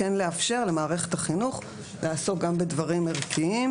כן לאפשר למערכת החינוך לעסוק גם בדברים ערכיים